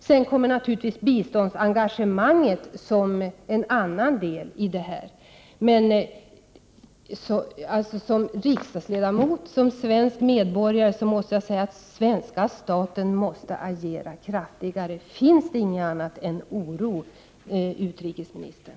Sedan kommer naturligtvis biståndsengagemanget som en annan del i det här, men som riksdagsledamot och som svensk medborgare måste jag säga att svenska staten måste agera kraftigare. Finns det inget annat än oro, utrikesministern?